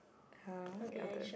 uh your turn